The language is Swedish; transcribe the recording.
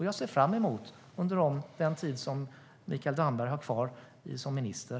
Jag ser fram emot att det kan bli handling under den tid Mikael Damberg har kvar som minister.